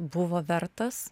buvo vertas